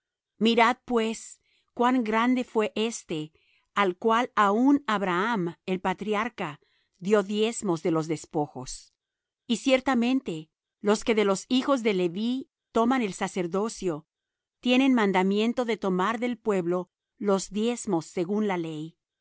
mirad pues cuán grande fué éste al cual aun abraham el patriarca dió diezmos de los despojos y ciertamente los que de los hijos de leví toman el sacerdocio tienen mandamiento de tomar del pueblo los diezmos según la ley